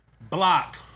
block